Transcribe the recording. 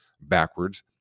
backwards